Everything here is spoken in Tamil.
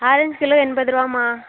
ஆரஞ்ச் கிலோ எண்பது ரூவாம்மா